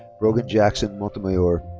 brogan jackson montemayor.